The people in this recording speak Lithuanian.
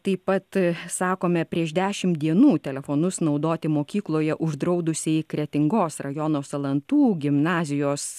taip pat sakome prieš dešimt dienų telefonus naudoti mokykloje uždraudusiai kretingos rajono salantų gimnazijos